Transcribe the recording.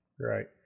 Right